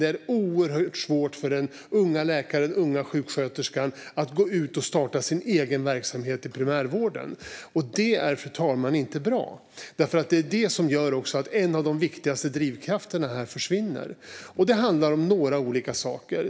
Det är oerhört svårt för den unga läkaren eller sjuksköterskan att gå ut och starta sin egen verksamhet i primärvården. Och det, fru talman, är inte bra, för det är det som gör att en av de viktigaste drivkrafterna försvinner. Det handlar om några olika saker.